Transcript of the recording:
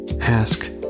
Ask